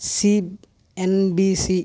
C N B C